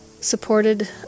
supported